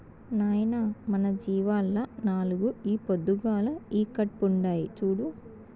నాయనా మన జీవాల్ల నాలుగు ఈ పొద్దుగాల ఈకట్పుండాయి చూడు